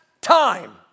time